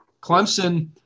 Clemson